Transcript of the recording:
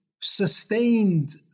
sustained